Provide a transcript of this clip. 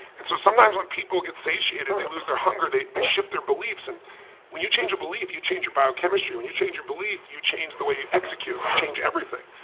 and so sometimes when people get satiated they lose their hunger, they shift their beliefs. and when you change a belief, you change your biochemistry. when you change your belief, you change the way you execute. you change everything.